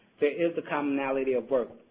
there is a commonality of work,